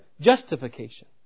justification